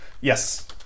Yes